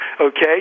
okay